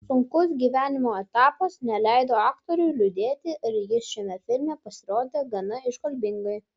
sunkus gyvenimo etapas neleido aktoriui liūdėti ir jis šiame filme pasirodė gana iškalbingai